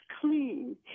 clean